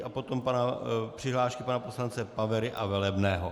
A potom přihlášku pana poslance Pavery a Velebného.